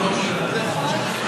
נכון.